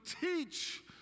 teach